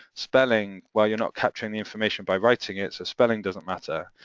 spelling, well, you're not capturing the information by writing it, so spelling doesn't matter,